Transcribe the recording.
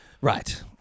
Right